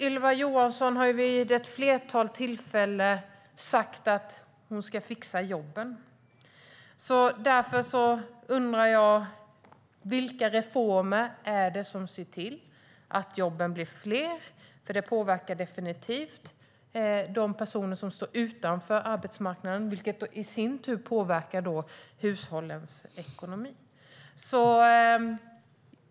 Du har vid ett flertal tillfällen sagt att du ska fixa jobben. Därför undrar jag vilka reformer som ser till att jobben blir fler. Det påverkar definitivt de personer som står utanför arbetsmarknaden, vilket i sin tur påverkar hushållens ekonomi.